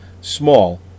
small